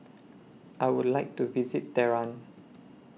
I Would like to visit Tehran